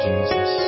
Jesus